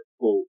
quote